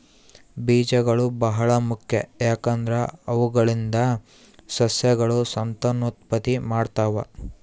ಬೀಜಗಳು ಬಹಳ ಮುಖ್ಯ, ಯಾಕಂದ್ರೆ ಅವುಗಳಿಂದ ಸಸ್ಯಗಳು ಸಂತಾನೋತ್ಪತ್ತಿ ಮಾಡ್ತಾವ